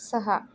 सहा